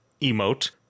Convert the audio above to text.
emote